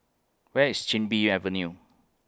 Where IS Chin Bee Avenue